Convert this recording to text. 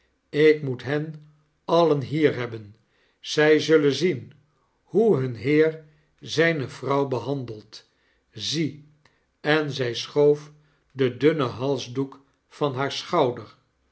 ik moet hen alien hier hebben zij zullen zien hoe hun heer zijne vrouw behandelt zie en zij schoof den dunnen halsdoek van haar schouder